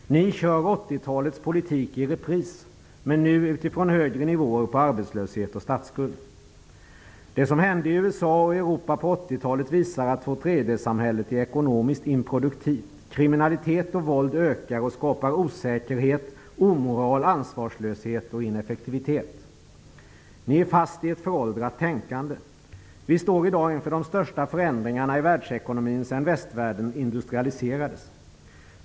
Ni kör 1980 talets politik i repris, men nu utifrån högre nivåer på arbetslöshet och statsskuld. Det som hände i USA och Europa på 1980-talet visar att tvåtredjedelssamhället är ekonomiskt inproduktivt. Kriminalitet och våld ökar; det skapar osäkerhet, omoral, ansvarslöshet och ineffektivitet. Ni är fast i ett föråldrat tänkande. Vi står i dag inför de största förändringarna i världsekonomin sedan västvärlden industrialiserades.